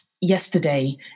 yesterday